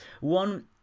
one